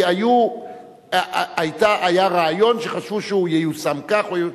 כי היה רעיון שחשבו שהוא ייושם כך.